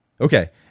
Okay